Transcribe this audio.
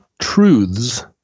truths